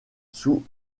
sous